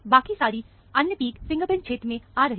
बाकी सारी अन्य पिक फिंगरप्रिंटक्षेत्र में आ रही हैं